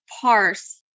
parse